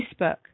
Facebook